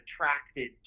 attracted